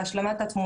כאן?